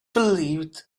believed